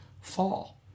fall